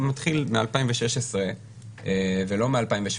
הוא מתחיל מ-2016 ולא מ-2017,